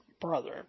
brother